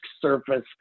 surface